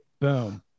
Boom